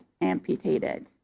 amputated